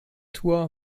tour